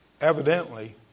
evidently